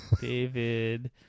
David